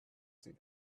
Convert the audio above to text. seen